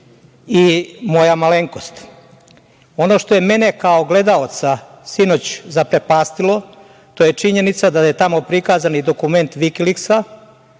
i moja malenkost. Ono što je mene kao gledaoca sinoć zaprepastilo, to je činjenica da je tamo prikazan i dokument „Vikiliksa“,